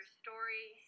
story